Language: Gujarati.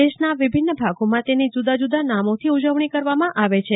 દેશના વિભિન્ન ભાગોમાં તેની જુદા જુદા નામોની ઉજવણી કરવામાં આવે છે